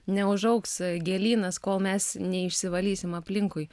neužaugs gėlynas kol mes neišsivalysim aplinkui